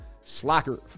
slacker